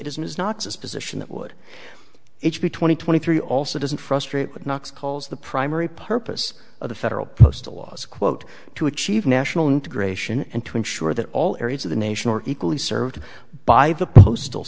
position that would it be twenty twenty three also doesn't frustrate with knox calls the primary purpose of the federal postal laws quote to achieve national integration and to ensure that all areas of the nation or equally served by the postal